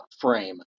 frame